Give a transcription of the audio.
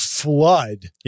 Flood